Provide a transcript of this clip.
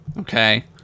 Okay